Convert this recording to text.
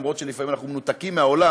למרות שלפעמים אנחנו מנותקים מהעולם,